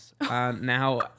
Now